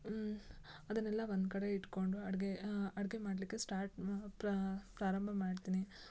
ಅದನ್ನೆಲ್ಲ ಒಂದ್ಕಡೆ ಇಟ್ಕೊಂಡು ಅಡುಗೆ ಅಡುಗೆ ಮಾಡಲಿಕ್ಕೆ ಸ್ಟಾಟ್ ಪ್ರಾರಂಭ ಮಾಡ್ತೀನಿ